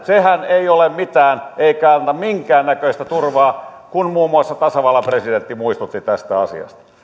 sehän ei ole mitään eikä anna minkäännäköistä turvaa kun muun muassa tasavallan presidentti muistutti tästä asiasta